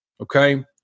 Okay